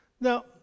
Now